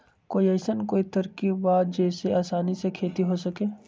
कोई अइसन कोई तरकीब बा जेसे आसानी से खेती हो सके?